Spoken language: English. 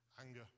anger